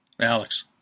Alex